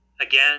again